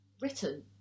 written